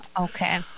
Okay